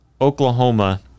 oklahoma